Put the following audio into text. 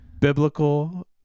biblical